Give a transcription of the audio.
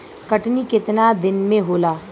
कटनी केतना दिन मे होला?